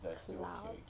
club